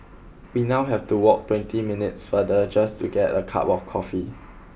we now have to walk twenty minutes farther just to get a cup of coffee